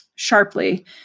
Sharply